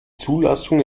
zulassung